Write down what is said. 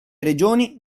regioni